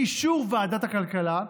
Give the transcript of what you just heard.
באישור ועדת הכלכלה.